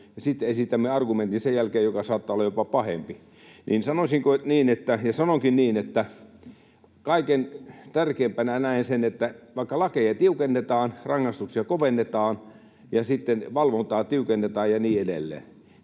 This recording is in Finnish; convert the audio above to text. sitten esitämme sen jälkeen argumentin, joka saattaa olla jopa pahempi, niin sanoisinko niin, ja sanonkin niin, että kaikkein tärkeimpänä näen sen, että vaikka lakeja tiukennetaan, rangaistuksia kovennetaan ja sitten valvontaa tiukennetaan ja niin edelleen,